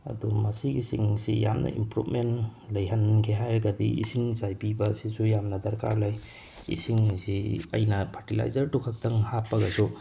ꯑꯗꯣ ꯃꯁꯤꯒꯤꯁꯤꯡꯁꯤ ꯌꯥꯝꯅ ꯏꯝꯄ꯭ꯔꯨꯞꯃꯦꯟ ꯂꯩꯍꯟꯒꯦ ꯍꯥꯏꯔꯒꯗꯤ ꯏꯁꯤꯡ ꯆꯥꯏꯕꯤꯕ ꯑꯁꯤꯁꯨ ꯌꯥꯝꯅ ꯗꯔꯀꯥꯔ ꯂꯩ ꯏꯁꯤꯡ ꯑꯁꯤ ꯑꯩꯅ ꯐꯔꯇꯤꯂꯥꯏꯖꯔꯗꯨ ꯈꯛꯇꯪ ꯍꯥꯞꯄꯒꯁꯨ